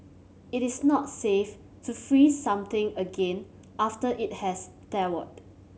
it is not safe to freeze something again after it has thawed